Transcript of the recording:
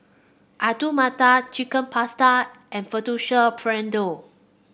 Alu Matar Chicken Pasta and Fettuccine Alfredo